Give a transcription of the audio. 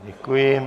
Děkuji.